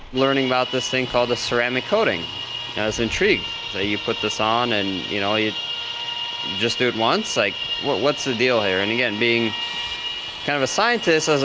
learning about this thing called the ceramic coating has intrigued. so you put this on and you know you just do it once, like what's the deal here? and again, being kind of a scientist, i was